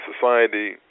society